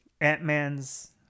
Ant-Man's